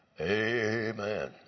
Amen